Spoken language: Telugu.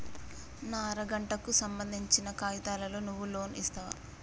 నా అర గంటకు సంబందించిన కాగితాలతో నువ్వు లోన్ ఇస్తవా?